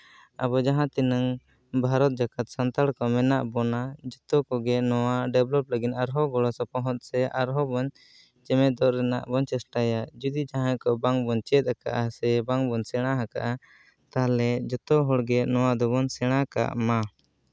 ᱟᱵᱚ ᱡᱟᱦᱟᱸ ᱛᱤᱱᱟᱹᱝ ᱵᱷᱟᱨᱚᱛ ᱡᱟᱠᱟᱛ ᱥᱟᱱᱛᱟᱲ ᱠᱚ ᱢᱮᱱᱟᱜ ᱵᱚᱱᱟ ᱡᱚᱛᱚ ᱠᱚᱜᱮ ᱱᱚᱣᱟ ᱰᱮᱵᱷᱞᱚᱯ ᱞᱟᱹᱜᱤᱫ ᱟᱨᱦᱚᱸ ᱜᱚᱲᱚ ᱥᱚᱯᱚᱦᱚᱫ ᱥᱮ ᱟᱨᱦᱚᱸ ᱵᱚᱱ ᱡᱩᱢᱤᱫᱚᱜ ᱨᱮᱱᱟᱜ ᱵᱚᱱ ᱪᱮᱥᱴᱟᱭᱟ ᱡᱩᱫᱤ ᱡᱟᱦᱟᱸᱭ ᱠᱚ ᱵᱟᱝᱵᱚᱱ ᱪᱮᱫ ᱠᱟᱜᱼᱟ ᱥᱮ ᱵᱟᱝᱵᱚᱱ ᱥᱮᱬᱟ ᱠᱟᱜᱼᱟ ᱛᱟᱦᱞᱮ ᱡᱚᱛᱚ ᱦᱚᱲᱜᱮ ᱱᱚᱣᱟ ᱫᱚᱵᱚᱱ ᱥᱮᱬᱟ ᱠᱟᱜ ᱢᱟ